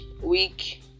week